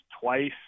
twice